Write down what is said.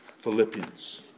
Philippians